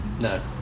No